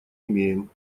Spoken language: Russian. имеем